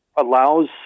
allows